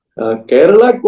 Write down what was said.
Kerala